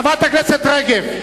חברת הכנסת רגב.